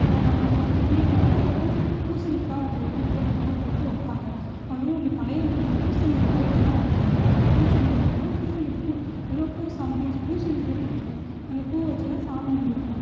எதுவுமே இல்லாமல் வெறும் பூசணிக்காய் அந்த இதை மட்டும்தான் போட்டு வைப்பாங்க அதுவும் இந்த படையல் வந்து பூசணி இலையிலதான் வைக்கணும் பூசணி இலையிலயும் பூசணி பூ ஏதோ பூ சம்திங் பூசணி பூன்னு நினைக்கிறேன் அந்த பூவை வச்சு தான் சாமி கும்பிடணும்